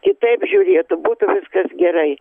kitaip žiūrėtų būtų viskas gerai